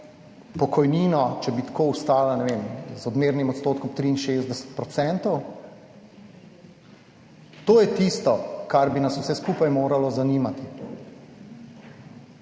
pokojnino, če bi tako ostala, ne vem, z odmernim odstotkom 63 %? To je tisto, kar bi nas vse skupaj moralo zanimati,